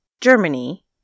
Germany